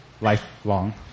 lifelong